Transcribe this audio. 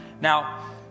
Now